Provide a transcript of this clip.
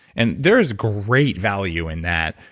and there's great value in that,